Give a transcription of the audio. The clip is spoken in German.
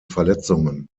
verletzungen